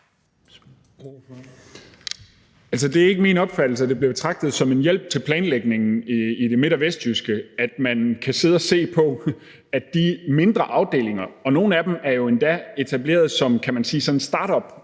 Det er ikke min opfattelse, at det bliver betragtet som en hjælp til planlægningen i det midt- og vestjyske, at man kan sidde at se på nogle mindre afdelinger, og nogle af dem er jo endda etableret som sådanne